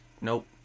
Nope